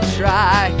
try